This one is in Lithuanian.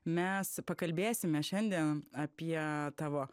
mes pakalbėsime šiandien apie tavo